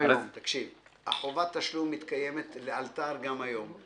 חובת התשלום מתקיימת לאלתר גם היום.